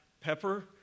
pepper